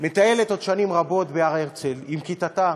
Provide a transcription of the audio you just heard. מטיילת בעוד שנים רבות בהר-הרצל עם כיתתה,